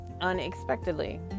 Unexpectedly